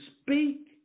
speak